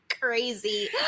crazy